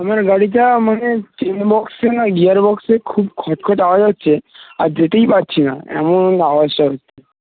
আমার গাড়িটা মানে টিন বক্সে না গিয়ার বক্সে খুব খচখচ আওয়াজ হচ্ছে আর যেতেই পারছি না এমনই আওয়াজটা হচ্ছে